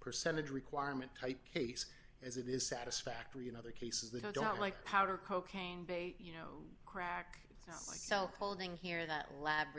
percentage requirement type case as it is satisfactory in other cases that i don't like powder cocaine bait you know crack myself calling here that lab